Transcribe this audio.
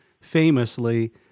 famously